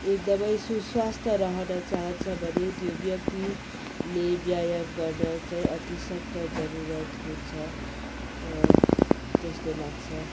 एकदमै सुस्वास्थ रहन चाहन्छ भने त्यो व्यक्तिले व्यायाम गर्न चाहिँ अति सख्त जरुरत हुन्छ जस्तो लाग्छ